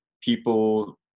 people